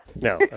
No